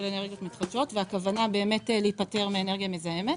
אנרגיות מתחדשות והכוונה להיפטר מאנרגיה מזהמת.